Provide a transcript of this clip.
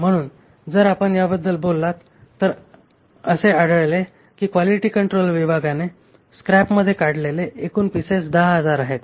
म्हणून जर आपण याबद्दल बोललात तर असे आढळले की क्वालिटी कंट्रोल विभागाने स्क्रॅपमध्ये काढलेले एकूण पिसेस 10000 आहेत